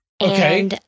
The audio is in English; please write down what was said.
Okay